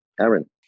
Aaron